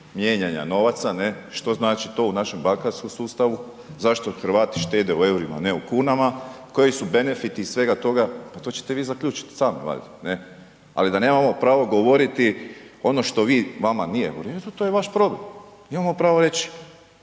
mijenjanja novaca, što znači to u našem bankarskom sustavu, zašto Hrvati štede u eurima a ne u kunama, koji su benefiti svega toga, pa to ćete vi zaključiti sami valjda. Ali da nemamo pravo govoriti ono što vi, vama nije u redu, to je vaš problem, mi imamo pravo reći.